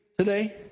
Today